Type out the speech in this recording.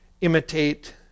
imitate